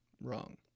wrong